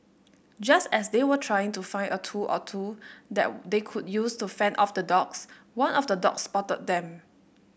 just as they were trying to find a tool or two that they could use to fend off the dogs one of the dogs spotted them